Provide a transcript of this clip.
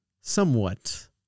somewhat